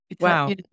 wow